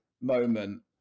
moment